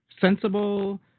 sensible